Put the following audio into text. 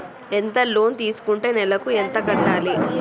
ఎంత లోన్ తీసుకుంటే నెలకు ఎంత కట్టాలి?